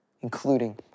including